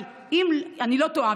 אבל אם אני לא טועה,